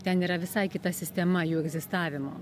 ten yra visai kita sistema jų egzistavimo